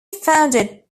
founded